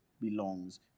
belongs